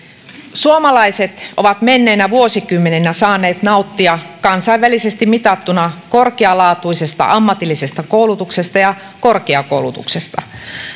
suomalaiset ovat menneinä vuosikymmeninä saaneet nauttia kansainvälisesti mitattuna korkealaatuisesta ammatillisesta koulutuksesta ja korkeakoulutuksesta